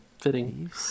fitting